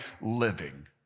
living